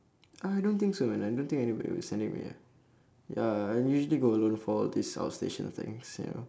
I don't think man I don't think anybody will sending me ah ya I usually go alone for this outstation things ya